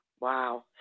Wow